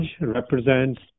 represents